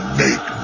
make